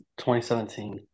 2017